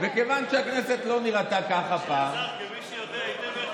וכיוון שהכנסת לא נראתה פעם ככה, נו,